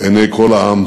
עיני כל העם,